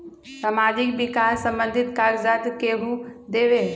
समाजीक विकास संबंधित कागज़ात केहु देबे?